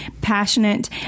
passionate